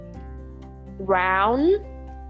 round